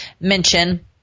mention